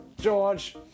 George